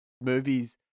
movies